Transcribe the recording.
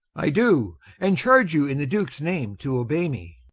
i do and charge you in the duke's name to obey me.